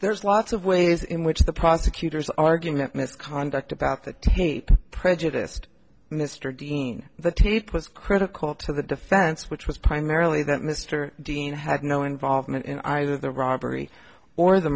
there's lots of ways in which the prosecutors argument misconduct about the prejudiced mr dean the tape was critical to the defense which was primarily that mr dean had no involvement in either the robbery or the